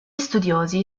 studiosi